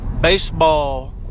baseball